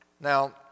Now